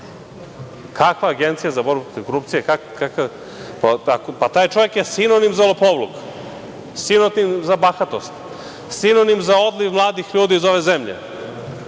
Kakva Agencija za borbu protiv korupcije? Pa, taj čovek je sinonim za lopovluk, sinomim za bahatost, sinonim za odliv mladih ljudi iz ove zemlje.